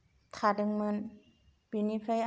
थादोंमोन बेनिफ्राय आङो